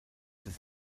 des